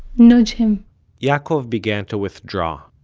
nudge him yaakov began to withdraw,